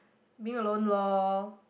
being alone lor